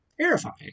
terrifying